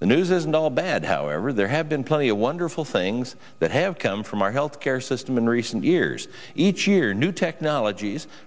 the news isn't all bad however there have been plenty of wonderful things that have come from our health care system in recent years each year new technologies